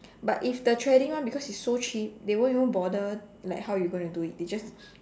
but if the threading one because it's so cheap they won't even bother like how you going to do it they just